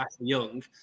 Young